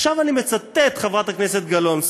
עכשיו אני מצטט, חברת הכנסת גלאון.